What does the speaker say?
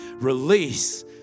release